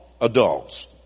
adults